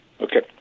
Okay